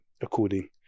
according